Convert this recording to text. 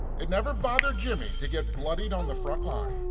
it never bothered jimmy to get blooded on the front line.